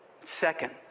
Second